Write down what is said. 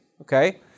okay